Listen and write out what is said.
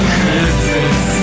Christmas